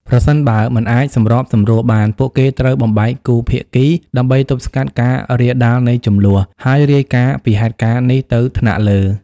ប្រសិនបើមិនអាចសម្របសម្រួលបាន ពួកគេត្រូវ បំបែកគូភាគី ដើម្បីទប់ស្កាត់ការរាលដាលនៃជម្លោះ ហើយរាយការណ៍ ពីហេតុការណ៍នេះទៅថ្នាក់លើ។